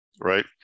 right